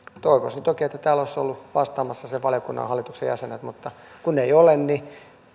toivoisin toki että täällä olisivat olleet vastaamassa sen valiokunnan hallituspuolueiden jäsenet mutta kun eivät ole niin